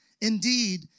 Indeed